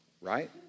right